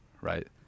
right